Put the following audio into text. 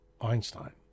Einstein